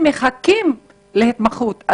מחכים להתמחות יותר משנה.